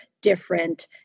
different